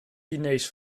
chinees